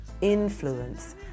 influence